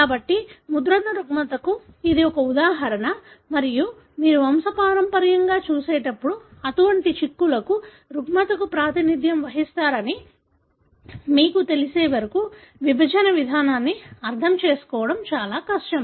కాబట్టి ముద్రణ రుగ్మతకు ఇది ఒక ఉదాహరణ మరియు మీరు వంశపారంపర్యంగా చూసేటప్పుడు అటువంటి చిక్కులకు రుగ్మతకు ప్రాతినిధ్యం వహిస్తారని మీకు తెలిసే వరకు విభజన విధానాన్ని అర్థం చేసుకోవడం చాలా కష్టం